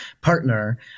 partner